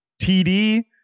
td